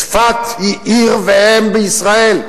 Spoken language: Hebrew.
צפת היא עיר ואם בישראל,